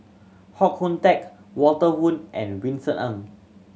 Hoon Teck Walter Woon and Vincent Ng